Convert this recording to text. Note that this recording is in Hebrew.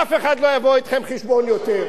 אף אחד לא יבוא אתכם חשבון יותר.